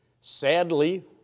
Sadly